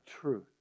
truth